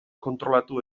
kontrolatu